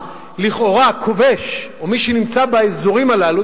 לכאורה ה"כובש" או מי שנמצא באזורים הללו,